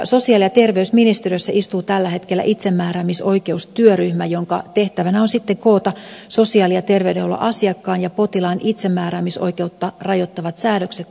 sosiaali ja terveysministeriössä istuu tällä hetkellä itsemääräämisoikeustyöryhmä jonka tehtävänä on koota sosiaali ja terveydenhuollon asiakkaan ja potilaan itsemääräämisoikeutta rajoittavat säädökset samaan lakiin